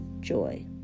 joy